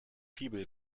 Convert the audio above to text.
fibel